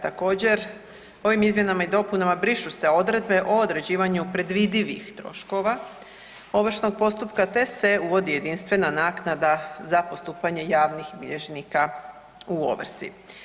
Također, ovim izmjenama i dopunama brišu se odredbe o određivanju predvidivih troškova ovršnog postupka te se uvodi jedinstvena naknada za postupanje javnih bilježnika u ovrsi.